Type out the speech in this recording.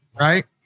right